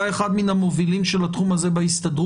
אתה אחד המובילים של התחום הזה בהסתדרות.